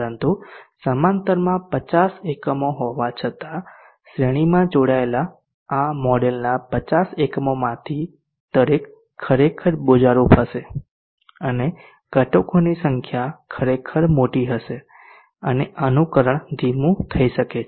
પરંતુ સમાંતરમાં 50 એકમો હોવા છતાં શ્રેણીમાં જોડાયેલા આ મોડેલના 50 એકમોમાંથી દરેક ખરેખર બોજારૂપ હશે અને ઘટકોની સંખ્યા ખરેખર મોટી હશે અને અનુકરણ ધીમું થઈ શકે છે